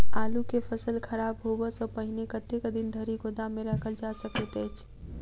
आलु केँ फसल खराब होब सऽ पहिने कतेक दिन धरि गोदाम मे राखल जा सकैत अछि?